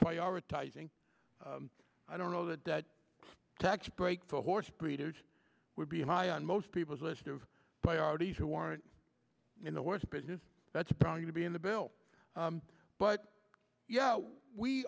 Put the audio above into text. prioritizing i don't know that that tax break the horse breeders would be high on most people's list of priorities who aren't in the worst business that's probably to be in the bill but yeah we